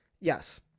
Yes